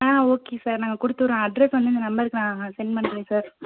ஆ okay sir நாங்கள் கொடுத்துட்றோம் address வந்து இந்த நம்பருக்கு நான் செண்ட் பண்ணுறேன் சார்